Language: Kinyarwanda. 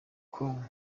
com